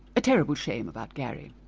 a terrible shame about gary,